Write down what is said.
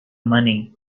money